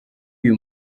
uyu